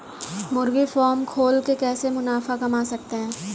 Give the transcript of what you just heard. मुर्गी फार्म खोल के कैसे मुनाफा कमा सकते हैं?